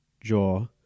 jaw